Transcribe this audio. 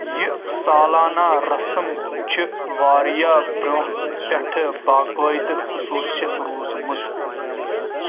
یہِ سالانہٕ رسم چھِ وارِیاہ برٛونٛہہ پیٹھٕ باقٲیدٕ خصوٗصِیت روٗزمژ